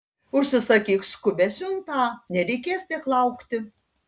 užsisakyk skubią siuntą nereikės tiek laukti